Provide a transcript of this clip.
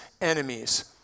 enemies